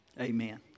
amen